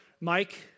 Mike